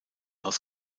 aus